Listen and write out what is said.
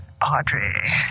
Audrey